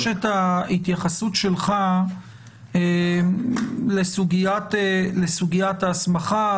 נבקש את ההתייחסות שלך לסוגיית ההסמכה,